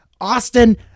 Austin